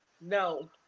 No